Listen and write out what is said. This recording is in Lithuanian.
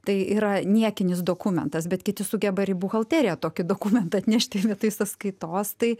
tai yra niekinis dokumentas bet kiti sugeba ir į buhalteriją tokį dokumentą nešti vietoj sąskaitos tai